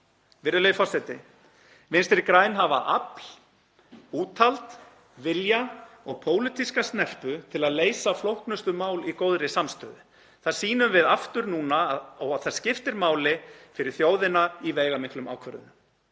Virðulegi forseti. Vinstri græn hafa afl, úthald, vilja og pólitíska snerpu til að leysa flóknustu mál í góðri samstöðu. Það sýnum við aftur núna. Það skiptir máli fyrir þjóðina í veigamiklum ákvörðunum